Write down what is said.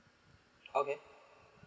okay